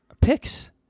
Picks